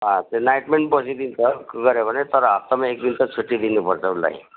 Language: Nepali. अँ त्यो नाइटमा पनि बसिदिन्छ रिक्वेस्ट गऱ्यो भने तर हप्तामा एक दिन चाहिँ छुट्टी दिनुपर्छ उसलाई